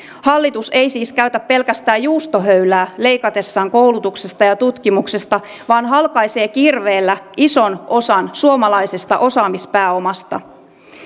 hallitus ei siis käytä pelkästään juustohöylää leikatessaan koulutuksesta ja tutkimuksesta vaan halkaisee kirveellä ison osan suomalaisesta osaamispääomasta